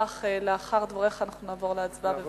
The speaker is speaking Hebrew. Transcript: ולפיכך לאחר דבריך אנחנו נעבור להצבעה.